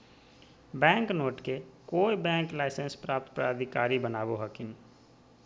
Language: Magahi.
बैंक नोट के कोय बैंक लाइसेंस प्राप्त प्राधिकारी बनावो हखिन